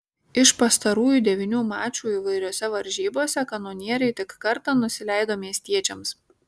iš pastarųjų devynių mačų įvairiose varžybose kanonieriai tik kartą nusileido miestiečiams